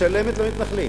משלמת למתנחלים,